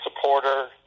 supporter